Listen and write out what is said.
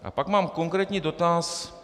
A pak mám konkrétní dotaz.